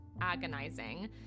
agonizing